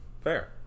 Fair